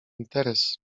interes